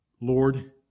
Lord